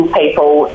people